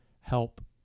help